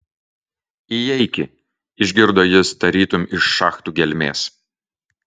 įeiki išgirdo jis tarytum iš šachtų gelmės